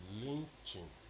lynching